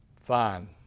Fine